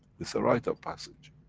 is a rite of passage.